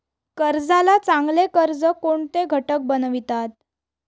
कर्जाला चांगले कर्ज कोणते घटक बनवितात?